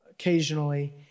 occasionally